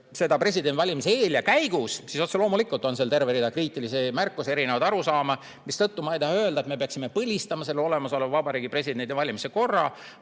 presidendivalimiste eel ja käigus, siis otse loomulikult on seal [olnud] terve rida kriitilisi märkusi, erinevaid arusaamu, mistõttu ma ei taha öelda, et me peaksime põlistama olemasoleva Vabariigi Presidendi valimise korra,